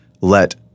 let